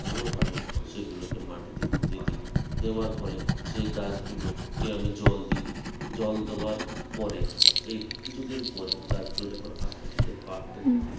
ভালোভাবে সেগুলোকে মাটিতে পুঁতে দিই দেওয়ার ফলে সেই গাছগুলোকে আমি জল দিই জল দেওয়ার পরে সেই কিছু দিন পরে গাছগুলো যখন আস্তে আস্তে বাড়তে থাকে